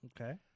Okay